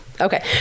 Okay